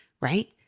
Right